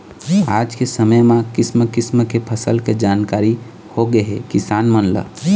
आज के समे म किसम किसम के फसल के जानकारी होगे हे किसान मन ल